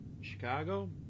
Chicago